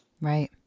right